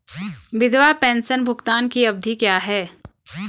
विधवा पेंशन भुगतान की अवधि क्या है?